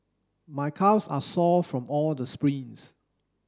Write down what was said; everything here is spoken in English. my calves are sore from all the sprints